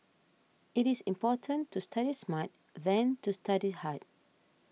it is more important to study smart than to study hard